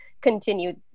continue